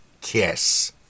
kiss